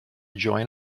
join